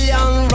Young